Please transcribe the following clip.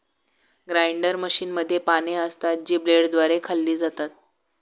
grinder मशीनमध्ये पाने असतात, जी ब्लेडद्वारे खाल्ली जातात